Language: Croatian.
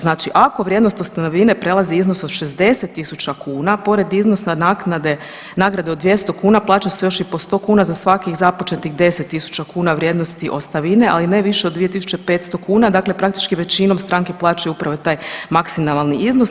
Znači ako vrijednost ostavine prelazi iznos od 60 tisuća kuna, pored iznosa naknade, nagrade od 200 kuna, plaća se još i po 100 kuna za svakih započetih 10 tisuća kuna vrijednosti ostavine, ali ne više od 2500 kuna, dakle praktički većinom stranke plaćaju upravo taj maksimalni iznos.